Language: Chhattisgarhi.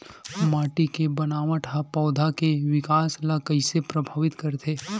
माटी के बनावट हा पौधा के विकास ला कइसे प्रभावित करथे?